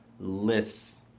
lists